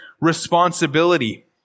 responsibility